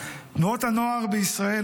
תנועות הנוער בישראל,